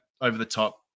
over-the-top